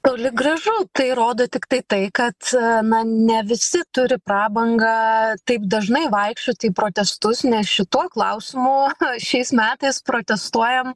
toli gražu tai rodo tiktai tai kad na ne visi turi prabangą taip dažnai vaikščioti į protestus nes šituo klausimu šiais metais protestuojam